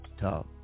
Talk